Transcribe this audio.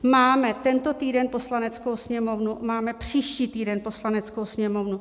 Máme tento týden Poslaneckou sněmovnu, máme příští týden Poslaneckou sněmovnu.